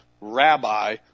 rabbi